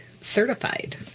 certified